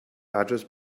address